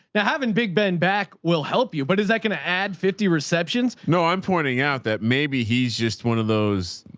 now having big ben back, we'll help you. but is that going to add fifty receptions? no, i'm pointing out that maybe he's just one of those.